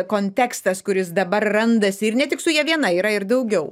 kontekstas kuris dabar randasi ir ne tik su ja viena yra ir daugiau